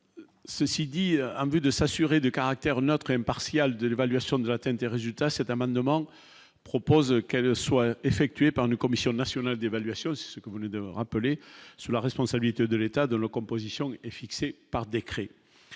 Ceci dit, un but de s'assurer du caractère notre impartial de l'évaluation de la TNT, résultat : cet amendement propose qu'elle soit effectué par une commission nationale d'évaluation, ce que vous ne de rappeler sous la responsabilité de l'état de la composition est fixée par décret